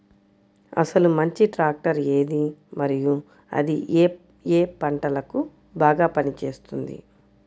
అసలు మంచి ట్రాక్టర్ ఏది మరియు అది ఏ ఏ పంటలకు బాగా పని చేస్తుంది?